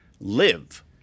live